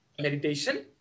meditation